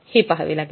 हे पाहावे लागेल